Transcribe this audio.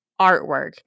artwork